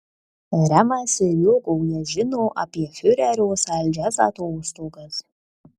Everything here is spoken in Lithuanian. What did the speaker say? remas ir jo gauja žino apie fiurerio saldžias atostogas